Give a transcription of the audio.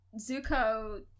Zuko